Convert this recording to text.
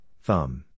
thumb